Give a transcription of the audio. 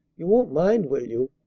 you won't mind, will you?